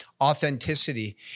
authenticity